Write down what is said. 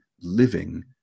living